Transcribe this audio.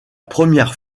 première